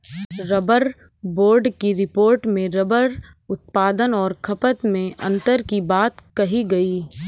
rubber board की report में rubber उत्पादन और खपत में अन्तर की बात कही गई